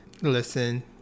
listen